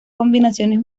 combinaciones